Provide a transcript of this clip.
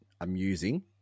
amusing